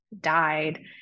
died